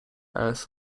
has